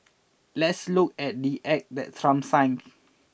let's look at the act that Trump signed